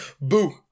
boo